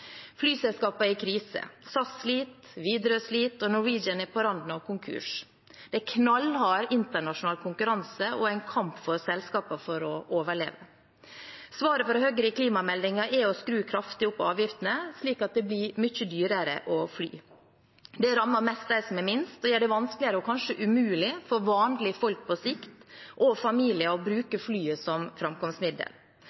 er i krise. SAS sliter, Widerøe sliter, og Norwegian er på randen av konkurs. Det er knallhard internasjonal konkurranse og en kamp for selskapene for å overleve. Svaret fra Høyre i klimameldingen er å skru avgiftene kraftig opp, slik at det blir mye dyrere å fly. Det rammer mest dem som har minst, og gjør det vanskeligere og kanskje umulig for vanlige folk og familier å